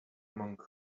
among